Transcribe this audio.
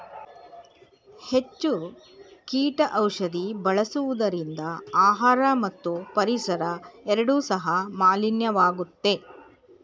ಹೆಚ್ಚು ಕೀಟ ಔಷಧಿ ಬಳಸುವುದರಿಂದ ಆಹಾರ ಮತ್ತು ಪರಿಸರ ಎರಡು ಸಹ ಮಾಲಿನ್ಯವಾಗುತ್ತೆ